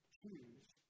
choose